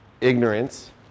ignorance